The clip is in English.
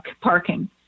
parking